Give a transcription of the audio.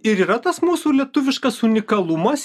ir yra tas mūsų lietuviškas unikalumas